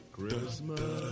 Christmas